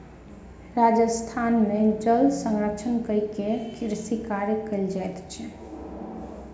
राजस्थान में जल संरक्षण कय के कृषि कार्य कयल जाइत अछि